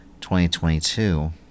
2022